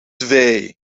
twee